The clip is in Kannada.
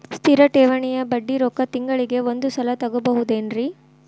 ಸ್ಥಿರ ಠೇವಣಿಯ ಬಡ್ಡಿ ರೊಕ್ಕ ತಿಂಗಳಿಗೆ ಒಂದು ಸಲ ತಗೊಬಹುದೆನ್ರಿ?